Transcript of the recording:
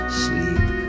sleep